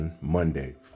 Monday